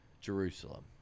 Jerusalem